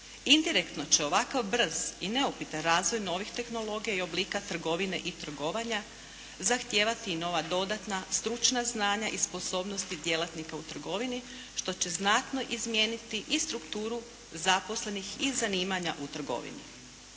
Indirektno će ovakav brz i neupitan razvoj novih tehnologija i oblika trgovine i trgovanja zahtijevati i nova dodatna stručna znanja i sposobnosti djelatnika u trgovini što će znatno izmijeniti i strukturu zaposlenih i zanimanja u trgovini.